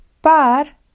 par